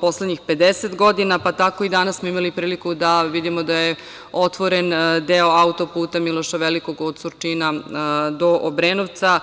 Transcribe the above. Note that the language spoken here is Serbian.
poslednjih 50 godina, pa tako smo i danas imali priliku da vidimo da je otvoren deo auto-puta Miloš Veliki od Surčina do Obrenovca.